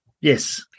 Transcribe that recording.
yes